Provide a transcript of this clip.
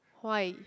why